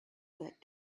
that